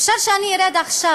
אפשר שאני ארד עכשיו.